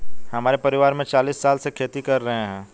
हमारे परिवार में चालीस साल से खेती कर रहे हैं